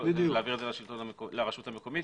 ולהעביר את זה לרשות המקומית.